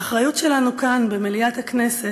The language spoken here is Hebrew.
האחריות שלנו כאן במליאת הכנסת,